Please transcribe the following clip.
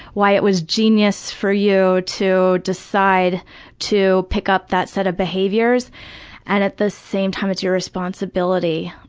why it was genius for you to decide to pick up that set of behaviors and at the same time it's your responsibility